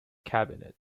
cabinet